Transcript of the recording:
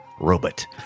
robot